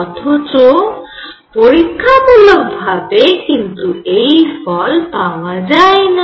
অথচ পরীক্ষামূলক ভাবে কিন্তু এই ফল পাওয়া যায়না